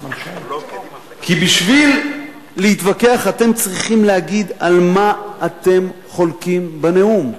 כי בשביל להתווכח אתם צריכים להגיד על מה אתם חולקים בנאום,